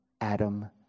Adam